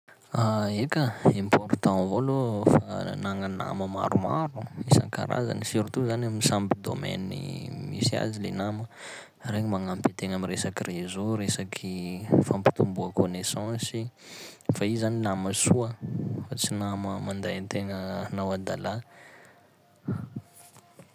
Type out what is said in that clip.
Eka! important avao aloha fa- -nagna nama maromaro isan-karazany surtout zany amy samby domaine misy azy le nama, regny magnampy an-tegna amy resaky réseau, resaky fampitomboa connaissance i, fa i zany nama soa, fa tsy nama manday an-tegna hanao hadalà.